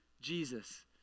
Jesus